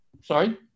Sorry